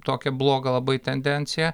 tokią blogą labai tendenciją